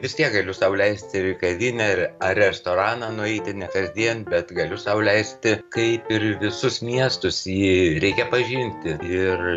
vis tiek galiu sau leisti ir į kavinę ar restoraną nueiti ne kasdien bet galiu sau leisti kaip ir visus miestus jį reikia pažinti ir